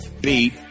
beat